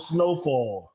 Snowfall